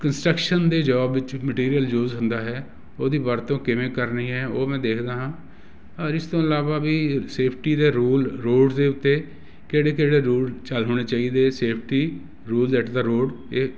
construction ਦੇ job ਵਿੱਚ material use ਹੁੰਦਾ ਹੈ ਉਹਦੀ ਵਰਤੋਂ ਕਿਵੇਂ ਕਰਨੀ ਹੈ ਉਹ ਮੈਂ ਦੇਖਦਾ ਹਾਂ ਔਰ ਇਸ ਤੋਂ ਇਲਾਵਾ ਵੀ ਸੇਫਟੀ ਦੇ ਰੂਲ ਰੋਡਸ ਦੇ ਉੱਤੇ ਕਿਹੜੇ ਕਿਹੜੇ ਰੂਲ ਹੋਣੇ ਚਾਹੀਦੇ ਸੇਫਟੀ ਰੂਲ ਐਟ ਦਾ ਰੋਡ ਇਹ